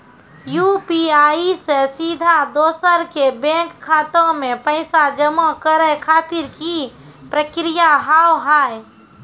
UPI से सीधा दोसर के बैंक खाता मे पैसा जमा करे खातिर की प्रक्रिया हाव हाय?